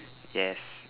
yes